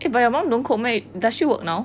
eh but your mom don't cook meh does she work now